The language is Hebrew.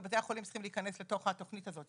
ובתי החולים צריכים להיכנס לתוך התוכנית הזאת,